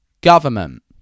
government